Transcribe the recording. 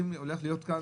להביא לכאן